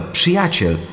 przyjaciel